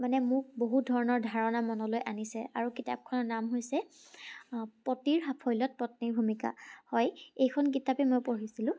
মানে মোক বহুত ধৰণৰ ধাৰণা মনলৈ আনিছে আৰু কিতাপখনৰ নাম হৈছে পতিৰ সাফল্যত পত্নীৰ ভূমিকা হয় এইখন কিতাপে মই পঢ়িছিলোঁ